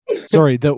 Sorry